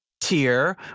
tier